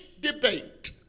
debate